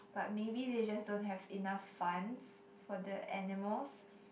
but maybe they just don't have enough funds for the animals